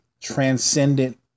transcendent